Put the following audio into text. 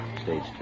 Stage